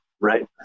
right